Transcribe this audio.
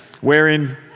wherein